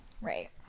right